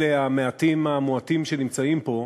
אלה המעטים המועטים שנמצאים פה,